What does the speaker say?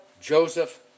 Joseph